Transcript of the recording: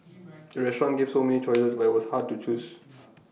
the restaurant gave so many choices that was hard to choose